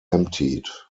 emptied